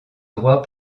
droits